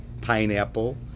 pineapple